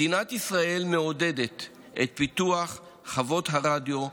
מדינת ישראל מעודדת את פיתוח חוות הרדיו,